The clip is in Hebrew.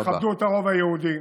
תכבדו את הרוב היהודי,